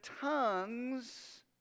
tongues